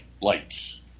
lights